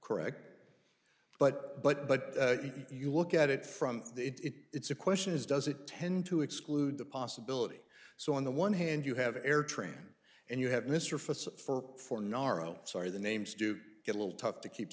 correct but but but if you look at it from it it's a question is does it tend to exclude the possibility so on the one hand you have air tran and you have mr fitz for four naro sorry the names do get a little tough to keep